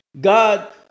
God